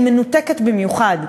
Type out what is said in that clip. היא מנותקת במיוחד,